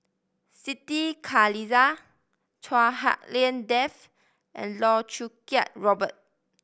Siti Khalijah Chua Hak Lien Dave and Loh Choo Kiat Robert